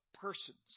persons